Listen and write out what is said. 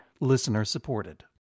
Listener-supported